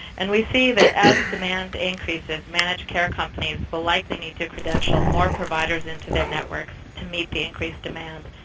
and we see that as demand increases, managed care companies will likely need to credential more providers into their networks to meet the increased demand,